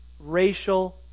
racial